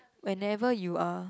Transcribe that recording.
whenever you are